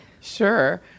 Sure